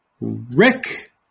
Rick